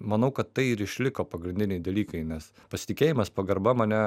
manau kad tai ir išliko pagrindiniai dalykai nes pasitikėjimas pagarba mane